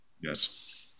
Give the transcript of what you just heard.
Yes